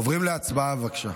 עוברים להצבעה, בבקשה.